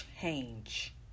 change